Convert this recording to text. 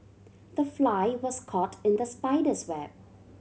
the fly was caught in the spider's web